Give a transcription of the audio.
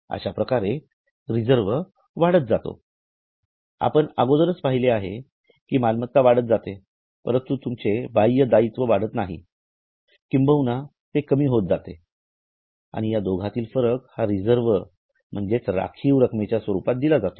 अश्याप्रकारे रिजर्व वाढत जातो आपणअगोदरच पहिले आहे कि मालमत्ता वाढत जाते परंतु तुमचे बाह्य दायित्व वाढत नाही किंबहुना ते कमी होत जाते आणि दोघातील फरक हा रिजर्व म्हणजेच राखीव रक्ममेच्या स्वरूपात दिली जाते